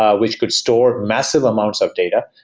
ah which could store massive amounts of data,